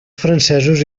francesos